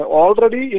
already